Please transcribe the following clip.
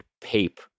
Pape